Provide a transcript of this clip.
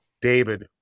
david